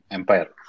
empire